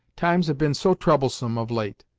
times have been so troublesome, of late,